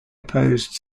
opposed